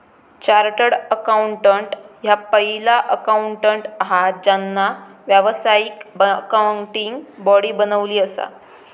chartered accountant ह्या पहिला accountant हा ज्यांना व्यावसायिक अकाउंटिंग बॉडी बनवली असा